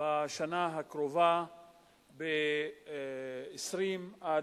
בשנה הקרובה ב-20% 30%,